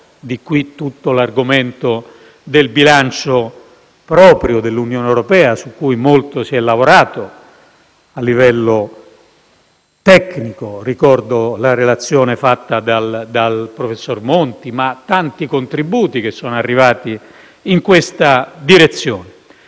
Di qui, tutto l'argomento del bilancio proprio dell'Unione europea, su cui molto si è lavorato a livello tecnico: ricordo la relazione svolta dal professor Monti e i tanti contributi che sono arrivati in questa direzione.